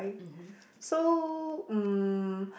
so uh